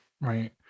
Right